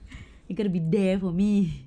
you gonna be there for me